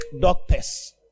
doctors